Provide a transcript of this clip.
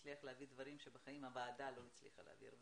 מצליח להעביר דברים שבחיים הוועדה לא הצליחה להעביר,